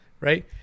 Right